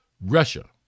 Russia